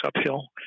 uphill